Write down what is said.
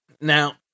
Now